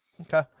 Okay